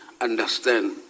understand